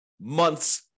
months